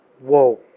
whoa